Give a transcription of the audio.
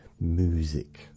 music